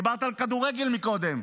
דיברת על כדורגל קודם.